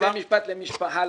בתי משפט למשפחה,